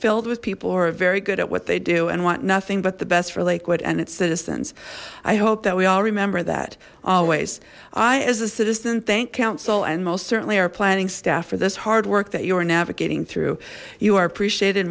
filled with people who are very good at what they do and want nothing but the best for lakewood and its citizens i hope that we all remember that always i as a citizen thank council and most certainly our planning staff for this hard work that you are navigating through you are appreciate